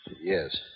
Yes